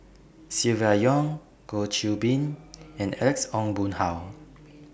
Silvia Yong Goh Qiu Bin and Alex Ong Boon Hau